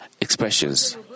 expressions